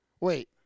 Wait